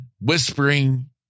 whispering